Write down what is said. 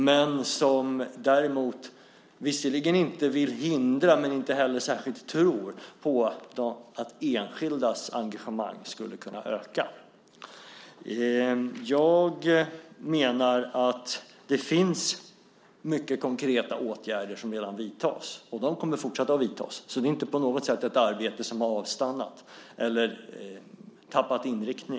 Peter Hultqvist vill visserligen inte hindra det, men han tror inte på att enskildas engagemang skulle kunna öka. Jag menar att många konkreta åtgärder redan vidtas. Det kommer att fortsätta. Det är inte på något sätt ett arbete som har avstannat eller tappat inriktning.